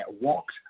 walked